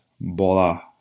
Bola